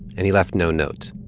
and he left no note